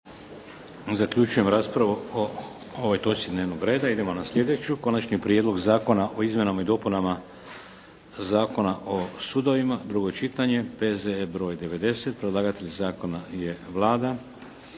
**Šeks, Vladimir (HDZ)** Idemo na sljedeću. 2. Konačni prijedlog Zakona o izmjenama i dopunama Zakona o sudovima, drugo čitanje, P.Z.E. br. 90 Predlagatelj zakona je Vlada.